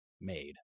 made